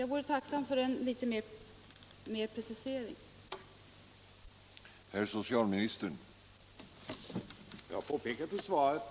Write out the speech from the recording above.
Jag vore tacksam för en något klarare precisering på den punkten.